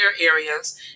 areas